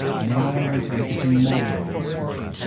now i want to look at the moral of her story.